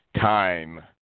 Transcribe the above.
time